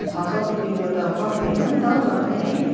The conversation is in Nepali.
छ सौ रुपियाँको त कम्ति होइन नि त हौ र पनि है